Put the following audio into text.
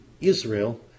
Israel